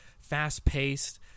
fast-paced